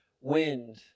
wind